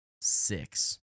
six